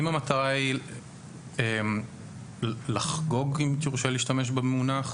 אם המטרה היא "לחגוג", אם יורשה לי להשתמש במונח.